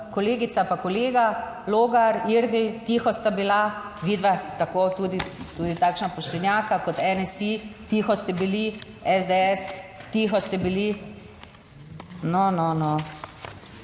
kolegica pa kolega Logar Irgl, tiho sta bila, vidva tako tudi takšna poštenjaka kot NSi, tiho ste bili, SDS, tiho ste bili. No, no, no.